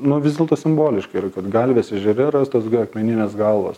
nu vis dėlto simboliška yra kad galvės ežere rastos dvi akmeninės galvos